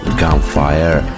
gunfire